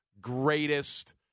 greatest